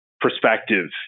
perspective